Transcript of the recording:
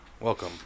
welcome